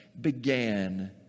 began